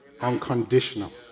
Unconditional